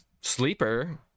sleeper